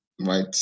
right